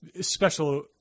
special